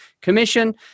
commission